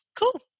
cool